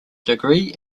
degree